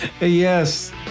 Yes